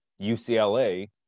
ucla